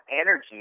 energy